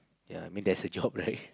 ya I mean that's a job right